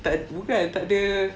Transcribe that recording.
tak bukan tak ada